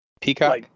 Peacock